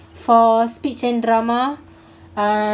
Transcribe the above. for speech and drama uh